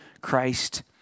Christ